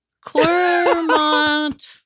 Clermont